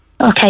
okay